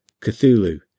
Cthulhu